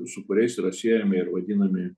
su kuriais yra siejami ir vadinami